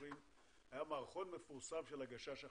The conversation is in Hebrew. היה מערכון מפורסם של הגשש החיוור,